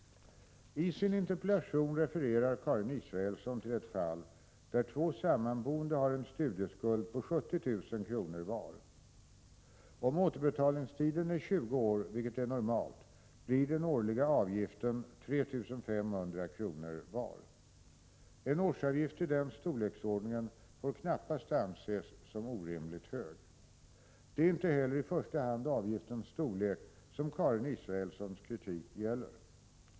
I sin interpellation refererar Karin Israelsson till ett fall där två sammanboende har en studieskuld på 70 000 kr. var. Om återbetalningstiden är 20 år, vilket är normalt, blir den årliga avgiften 3 500 kr. vardera. En årsavgift i denna storleksordning får knappast anses som orimligt hög. Det är inte heller i första hand avgiftens storlek som Karin Israelssons kritik gäller.